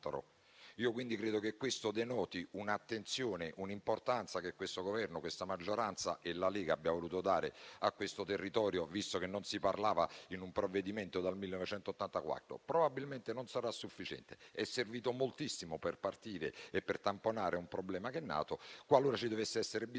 1984. Credo che questo denoti l'attenzione e l'importanza che questo Governo, questa maggioranza e la Lega attribuiscono a questo territorio, visto che non se ne parlava in un provvedimento dal 1984. Probabilmente non sarà sufficiente. È servito moltissimo per iniziare e per tamponare un problema che è nato; qualora ce ne dovesse essere bisogno,